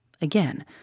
Again